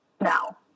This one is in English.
now